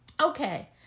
Okay